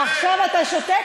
עכשיו אתה שותק.